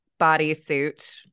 bodysuit